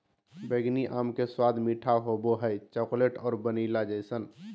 बैंगनी आम के स्वाद मीठा होबो हइ, चॉकलेट और वैनिला जइसन